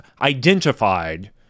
identified